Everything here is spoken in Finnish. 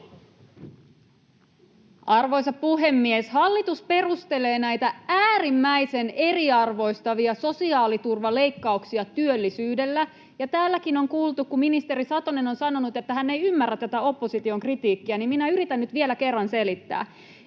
Arvoisa puhemies! Hallitus perustelee näitä äärimmäisen eriarvoistavia sosiaaliturvaleikkauksia työllisyydellä. Kun täälläkin on kuultu, kun ministeri Satonen on sanonut, että hän ei ymmärrä tätä opposition kritiikkiä, niin minä yritän nyt vielä kerran selittää.